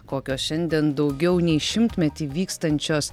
kokios šiandien daugiau nei šimtmetį vykstančios